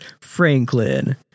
Franklin